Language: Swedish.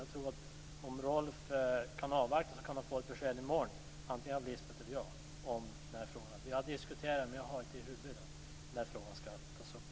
Om Rolf kan avvakta till i morgon kan han nog få ett besked då, antingen av Lisbeth eller också av mig. Vi har diskuterat saken men jag har inte i dag i huvudet när frågan skall tas upp igen.